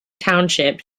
township